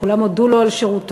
כולם הודו לו על שירותו.